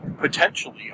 potentially